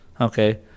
okay